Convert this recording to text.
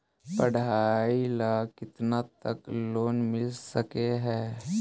पढाई ल केतना तक लोन मिल सकले हे?